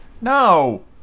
no